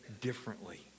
differently